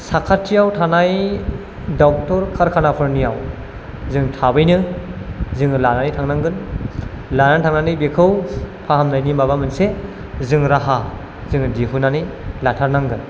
साखाथियाव थानाय डक्टर खारखानाफोरनियाव जों थाबैनो जोङो लानानै थांनांगोन लानानै थांनानै बिखौ फाहामनायनि माबा मोनसे जों राहा जोङो दिहुननानै लाथारनांगोन